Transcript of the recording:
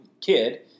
kid